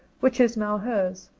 which is now hers.